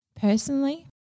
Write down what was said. Personally